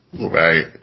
right